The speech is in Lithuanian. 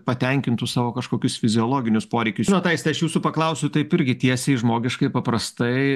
patenkintų savo kažkokius fiziologinius poreikius aiste aš jūsų paklausiu taip irgi tiesiai žmogiškai paprastai